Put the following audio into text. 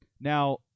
Now